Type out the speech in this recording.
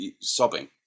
sobbing